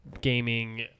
gaming